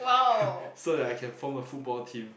so that I can form a football team